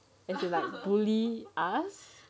it's like bully us